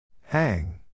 Hang